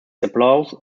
applause